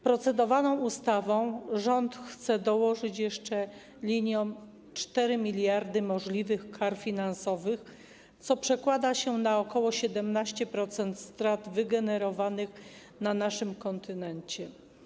Procedowaną ustawą rząd chce dołożyć jeszcze liniom 4 mld możliwych kar finansowych, co przekłada się na ok. 17% strat wygenerowanych na naszym kontynencie.